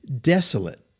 desolate